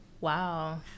Wow